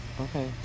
Okay